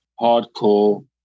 hardcore